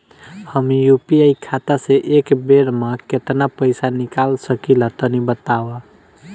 हम यू.पी.आई खाता से एक बेर म केतना पइसा निकाल सकिला तनि बतावा?